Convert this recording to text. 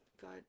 God